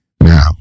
Now